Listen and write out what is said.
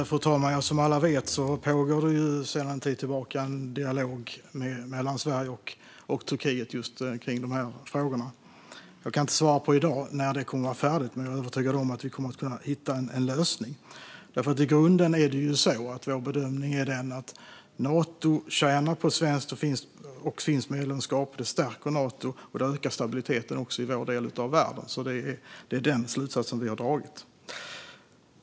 Fru talman! Som alla vet pågår sedan en tid tillbaka en dialog mellan Sverige och Turkiet om dessa frågor. Jag kan inte svara på i dag när den kommer att vara färdig, men jag är övertygad om att vi kommer att hitta en lösning. I grunden är vår bedömning att Nato tjänar på svenskt och finskt medlemskap. Det stärker Nato och ökar också stabiliteten i vår del av världen. Det är den slutsats som vi har dragit.